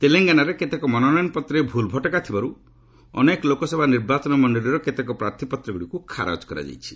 ତେଲେଙ୍ଗାନାରେ କେତେକ ମନୋନୟନପତ୍ରେ ଭୁଲଭଟକା ଥିବାର୍ ଅନେକ ଲୋକସଭା ନିର୍ବାଚନ ମଣ୍ଡଳୀର କେତେକ ପ୍ରାର୍ଥୀପତ୍ରଗୁଡ଼ିକୁ ଖାରଜ କରାଯାଇଛି